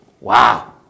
Wow